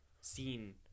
seen